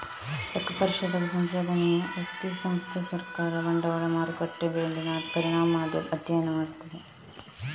ಲೆಕ್ಕ ಪರಿಶೋಧಕ ಸಂಶೋಧನೆಯು ವ್ಯಕ್ತಿ, ಸಂಸ್ಥೆ, ಸರ್ಕಾರ, ಬಂಡವಾಳ ಮಾರುಕಟ್ಟೆ ಮೇಲಿನ ಪರಿಣಾಮ ಅಧ್ಯಯನ ಮಾಡ್ತದೆ